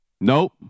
Nope